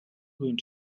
going